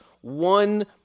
One